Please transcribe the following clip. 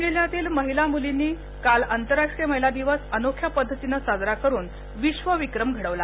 वाशिम जिल्ह्यातील महिला मुलींनी आज आंतरराष्ट्रीय महिला दिवस अनोख्या पद्धतीन साजरा करून विध विक्रम घडविला